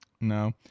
No